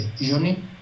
journey